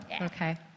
Okay